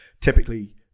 typically